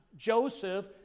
Joseph